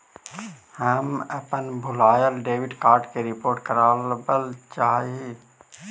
हम अपन भूलायल डेबिट कार्ड के रिपोर्ट करावल चाह ही